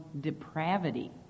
depravity